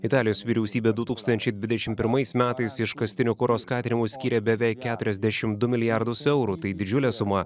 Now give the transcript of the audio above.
italijos vyriausybė du tūkstančiai dvidešim pirmais metais iškastinio kuro skatinimui skyrė beveik keturiasdešim du milijardus eurų tai didžiulė suma